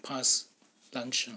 pass lunch uh